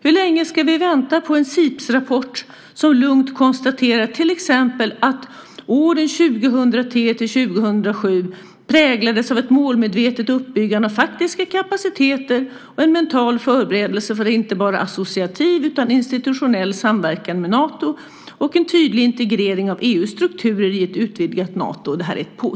Hur länge ska vi vänta på en Siepsrapport som lugnt konstaterar till exempel att åren 2003-2007 präglades av ett målmedvetet uppbyggande av faktiska kapaciteter och en mental förberedelse för inte bara associativ utan också institutionell samverkan med Nato och en tydlig integrering av EU:s strukturer i ett utvidgat Nato?